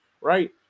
right